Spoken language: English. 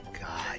God